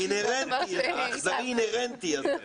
זה אינהרנטי, האכזרי אינהרנטי.